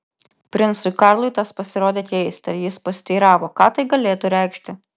princui karlui tas pasirodė keista ir jis pasiteiravo ką tai galėtų reikšti